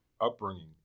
upbringing